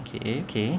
okay okay